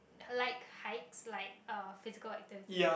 like hikes like uh physical activity